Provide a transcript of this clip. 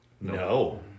No